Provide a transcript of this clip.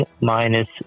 minus